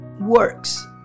works